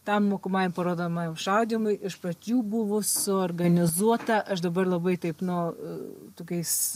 tam mokomajam parodomajam šaudymui iš pradžių buvo suorganizuota aš dabar labai taip nu tokiais